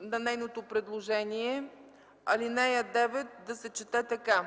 на нейното предложение ал. 9 да се чете така: